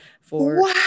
for-